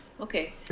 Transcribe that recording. Okay